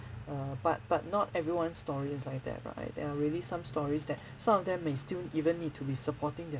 uh but but not everyone's story is like that right there are really some stories that some of them may still even need to be supporting their